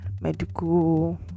medical